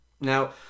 Now